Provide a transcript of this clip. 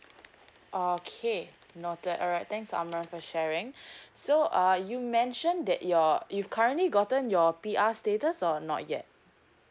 okay noted alright thanks amar for sharing so uh you mentioned that your if currently gotten your P_R status or not yet